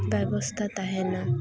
ᱵᱮᱵᱚᱥᱛᱟ ᱛᱟᱦᱮᱱᱟ